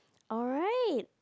alright